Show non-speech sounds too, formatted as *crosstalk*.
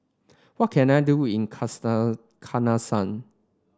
what can I do in *unintelligible*